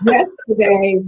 Yesterday